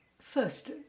First